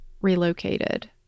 relocated